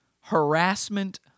harassment